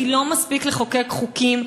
כי לא מספיק לחוקק חוקים,